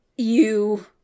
You-